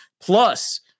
Plus